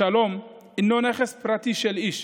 השלום אינו נכס פרטי של איש.